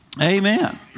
Amen